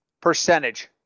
Percentage